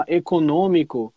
econômico